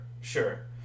sure